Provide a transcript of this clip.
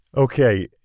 Okay